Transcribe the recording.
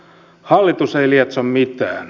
hallitus ei lietso mitään